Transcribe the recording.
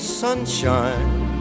sunshine